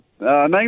name